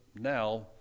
now